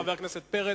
חבר הכנסת עמיר פרץ.